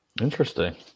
Interesting